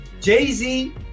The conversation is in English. Jay-Z